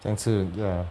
这样是 ya